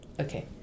Okay